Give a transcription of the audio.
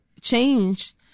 changed